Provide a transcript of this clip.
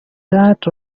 that